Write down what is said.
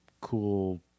cool